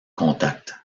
contact